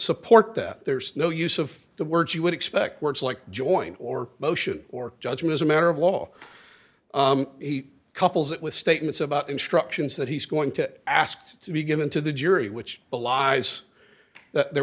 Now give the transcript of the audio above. that there's no use of the words you would expect words like joint or motion or judgment is a matter of law couples it with statements about instructions that he's going to ask to be given to the jury which belies that there